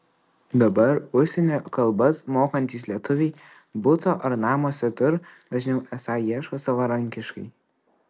dabar užsienio kalbas mokantys lietuviai buto ar namo svetur dažniau esą ieško savarankiškai